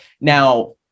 Now